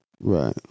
right